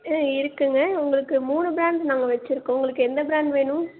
ம் இருக்குங்க உங்களுக்கு மூணு பிராண்டு நாங்கள் வெச்சுருக்கோம் உங்களுக்கு எந்த பிராண்ட் வேணும்